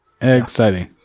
Exciting